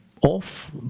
off